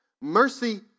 Mercy